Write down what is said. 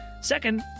Second